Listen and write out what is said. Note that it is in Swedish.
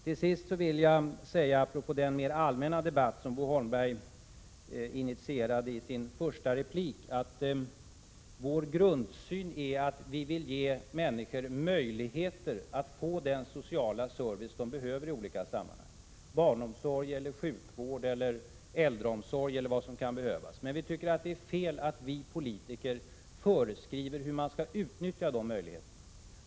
Till sist vill jag, apropå den mer allmänna debatt som Bo Holmberg initierade i sin första replik, säga att vår grundsyn är att människor skall ha möjligheter att få den sociala service de behöver i olika sammanhang; barnomsorg, sjukvård, äldreomsorg eller vad som kan behövas. Men vi tycker att det är fel att vi politiker föreskriver hur man skall utnyttja de möjligheterna.